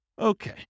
Okay